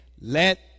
Let